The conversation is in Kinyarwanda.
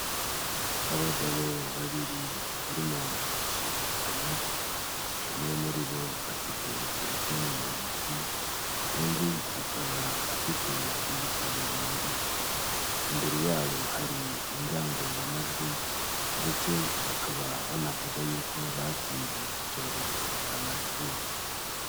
Abagabo babiri barimo gusuhuzanya, umwe muri bo afite telefone mu ntoki, undi akaba afite ibitabo mu ntoki, imbere yabo hari indangururamajwi ndetse bakaba banavuga yuko batsinze icyorezo cya Marburg.